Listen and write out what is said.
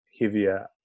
heavier